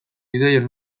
ideien